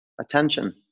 Attention